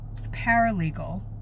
paralegal